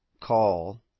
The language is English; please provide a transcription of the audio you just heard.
call